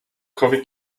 coffee